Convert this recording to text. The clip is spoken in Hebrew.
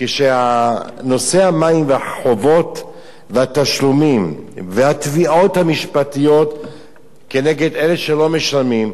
כשנושא המים והחובות והתשלומים והתביעות המשפטיות כנגד אלה שלא משלמים,